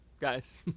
guys